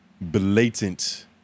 blatant